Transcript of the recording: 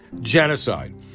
genocide